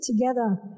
together